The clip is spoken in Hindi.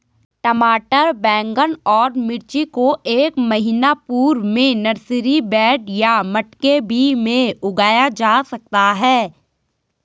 टमाटर बैगन और मिर्ची को एक महीना पूर्व में नर्सरी बेड या मटके भी में उगाया जा सकता है